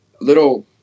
little